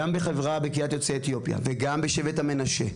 גם בחברה בקהילת יוצאי אתיופיה וגם בחברי שבט המנשה,